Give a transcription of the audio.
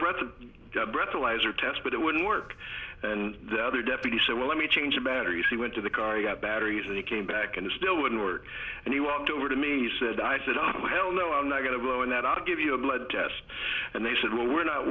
breath a breathalyzer test but it wouldn't work and the other deputy said well let me change the battery she went to the car batteries and he came back and it still wouldn't work and he walked over to me he said i said ah hell no i'm not going to go in that i'll give you a blood asked and they said well we're not